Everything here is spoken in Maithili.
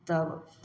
तब